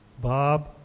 Bob